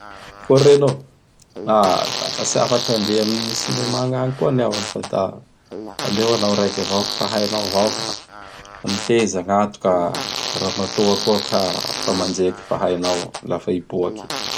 kory reno oh. Aha! Dafa tsy afaky handea am ny cinema gnagny koa an' iaho an fa da aleo anao raiky avao fa hainao avao ka. Miteza gnato ka, ramatoa koa ka fa manjeky fa hainao lafa hiboaky.